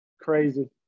crazy